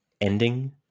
ending